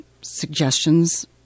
suggestions